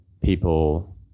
people